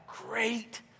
great